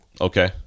Okay